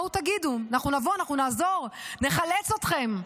בואו, תגידו, אנחנו נבוא, אנחנו נעזור, נחלץ אתכם.